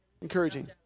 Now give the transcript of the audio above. encouraging